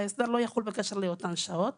ההסדר לא יחול בקשר לאותן שעות.